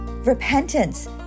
Repentance